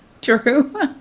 True